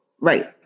right